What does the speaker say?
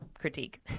critique